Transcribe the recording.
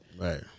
Right